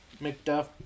McDuff